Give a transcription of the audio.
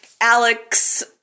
Alex